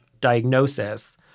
diagnosis